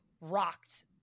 rocked